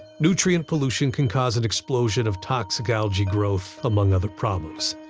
nutrient pollution can cause an explosion of toxic algae growth, among other problems.